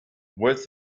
with